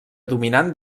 dominant